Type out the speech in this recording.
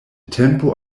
tempo